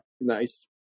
Nice